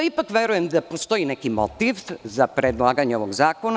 Ipak verujem da postoji neki motiv za predlaganje ovog zakona.